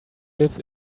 live